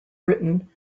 britain